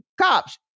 cops